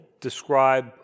describe